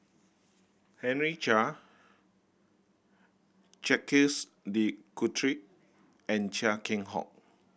Henry Chia Jacques De Coutre and Chia Keng Hock